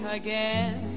again